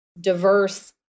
diverse